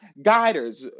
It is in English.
guiders